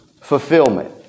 fulfillment